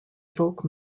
folk